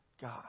God